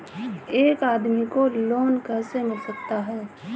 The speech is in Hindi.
एक आदमी को लोन कैसे मिल सकता है?